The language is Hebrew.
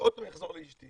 עוד פעם אני אחזור לאשתי,